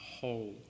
whole